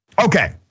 Okay